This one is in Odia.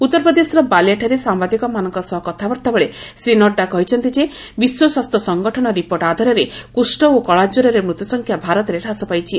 ଉତ୍ତରପ୍ରଦେଶର ବାଲିଆଠାରେ ସାମ୍ବାଦିକମାନଙ୍କ ସହ କଥାବାର୍ଭାବେଳେ ଶ୍ରୀ ନଡ୍ରା କହିଛନ୍ତି ଯେ ବିଶ୍ୱ ସ୍ୱାସ୍ଥ୍ୟ ସଂଗଠନ ରିପୋର୍ଟ ଆଧାରରେ କୁଷ୍ଠ ଓ କଳାକ୍ୱରରେ ମୃତ୍ୟୁ ସଂଖ୍ୟା ଭାରତରେ ହ୍ରାସ ପାଇଛି